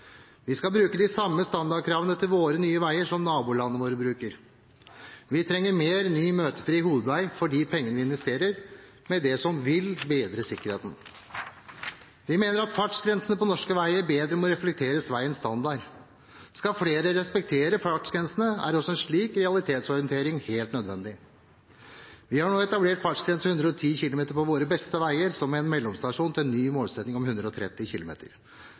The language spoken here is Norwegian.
Vi skal bruke de samme standardkravene til våre nye veier som nabolandene våre bruker. Vi trenger mer ny møtefri hovedvei for de pengene vi investerer, som vil bedre sikkerheten. Vi mener at fartsgrensene på norske veier bedre må reflektere veiens standard. Skal flere respektere fartsgrensene, er også en slik realitetsorientering helt nødvendig. Vi har nå etablert fartsgrense på 110 km/t på våre beste veier, som en mellomstasjon til en ny målsetting om 130